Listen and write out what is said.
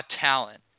talent